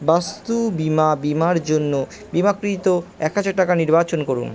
বাস্তু বিমা বিমার জন্য বিমাকৃত এক হাজার টাকা নির্বাচন করুন